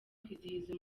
kwizihiza